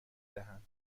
دهند